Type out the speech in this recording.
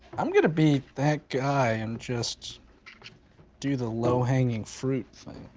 i'm gonna be that guy and just do the low hanging fruit thing.